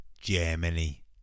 germany